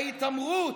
ההתעמרות,